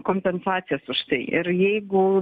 kompensacijas už tai ir jeigu